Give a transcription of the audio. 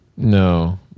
No